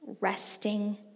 resting